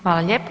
Hvala lijepo.